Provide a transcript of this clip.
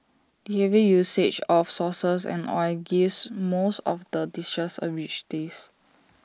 the heavy usage of sauces and oil gives most of the dishes A rich taste